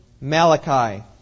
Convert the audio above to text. Malachi